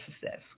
success